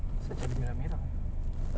sal jadi merah-merah